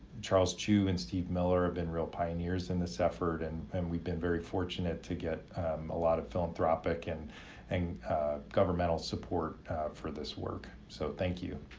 charles chiu and steve miller have been real pioneers in this effort, and and we've been very fortunate to get a lot of philanthropic and and governmental support for this work, so, thank you.